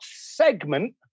segment